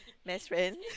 best friend